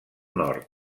nord